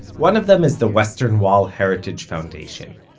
one of them is the western wall heritage foundation.